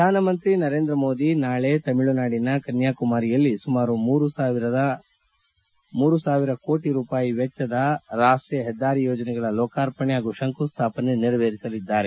ಪ್ರಧಾನಮಂತ್ರಿ ನರೇಂದ್ರ ಮೋದಿ ನಾಳೆ ತಮಿಳುನಾಡಿನ ಕನ್ನಾಕುಮಾರಿಯಲ್ಲಿ ಸುಮಾರು ಮೂರು ಸಾವಿರ ಕೋಟ ರೂಪಾಯಿ ವೆಚ್ಚದ ರಾಷ್ಷೀಯ ಹೆದ್ದಾರಿ ಯೋಜನೆಗಳ ಲೋಕಾರ್ಪಣೆ ಹಾಗೂ ಶಂಕು ಸ್ಟಾಪನೆ ನೆರವೇರಿಸಲಿದ್ದಾರೆ